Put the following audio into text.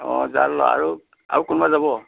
অঁ জাল ল আৰু আৰু কোনোবা যাব